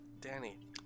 Danny